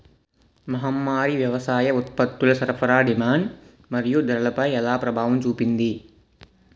మహమ్మారి వ్యవసాయ ఉత్పత్తుల సరఫరా డిమాండ్ మరియు ధరలపై ఎలా ప్రభావం చూపింది?